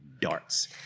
darts